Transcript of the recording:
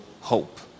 hope